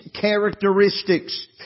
characteristics